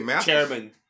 chairman